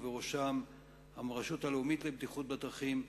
ובראשם הרשות הלאומית לבטיחות בדרכים,